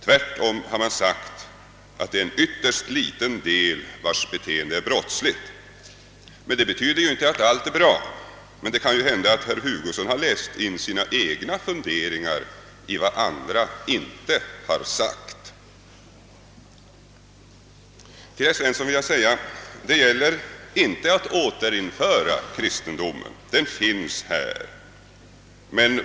Man har tvärtom sagt, att det är en ytterst liten del, vars beteende är brottsligt. Det betyder inte att allt är bra, men det kan hända att herr Hugosson har läst in sina egna funderingar i vad andra inte har sagt. Till herr Svensson i Kungälv vill jag säga, att det inte gäller att återinföra kristendomen. Den finns här.